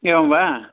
एवं वा